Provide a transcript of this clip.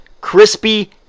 Crispy